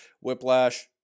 Whiplash